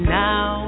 now